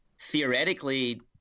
Theoretically –